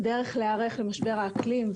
דרך להיערך למשבר האקלים.